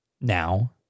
Now